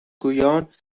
گویان